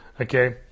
Okay